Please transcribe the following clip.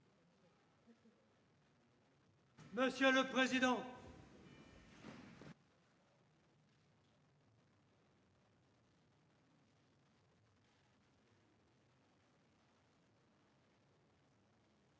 Monsieur le président,